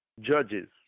judges